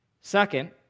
Second